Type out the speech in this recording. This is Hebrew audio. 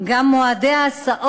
סאו.